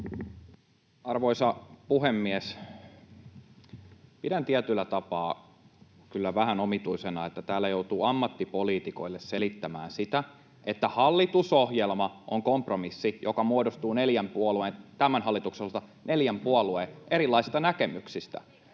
Arvoisa puhemies! Pidän tietyllä tapaa kyllä vähän omituisena, että täällä joutuu ammattipoliitikoille selittämään sitä, että hallitusohjelma on kompromissi, joka muodostuu neljän puolueen, [Vastauspuheenvuoropyyntöjä]